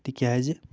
تِکیٛازِ